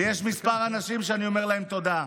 ויש כמה אנשים שאני אומר להם תודה: